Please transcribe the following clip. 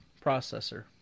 processor